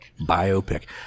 Biopic